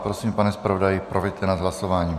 Prosím, pane zpravodaji, proveďte nás hlasováním.